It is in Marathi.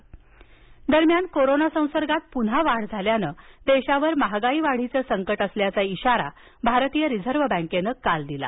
आरबीआय दरम्यान कोरोना संसर्गात पुन्हा वाढ झाल्यानं देशावर महागाई वाढीचं संकट असल्याचा इशारा भारतीय रिझर्व बँकेनं काल दिला